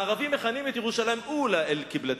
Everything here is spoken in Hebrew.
הערבים מכנים את ירושלים "אולה אל-קיבלתיין".